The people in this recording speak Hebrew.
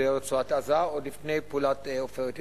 רצועת-עזה עוד לפני פעולת "עופרת יצוקה".